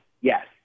Yes